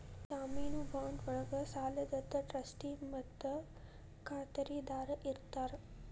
ಜಾಮೇನು ಬಾಂಡ್ ಒಳ್ಗ ಸಾಲದಾತ ಟ್ರಸ್ಟಿ ಮತ್ತ ಖಾತರಿದಾರ ಇರ್ತಾರ